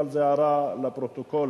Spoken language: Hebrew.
אבל זה הערה לפרוטוקול,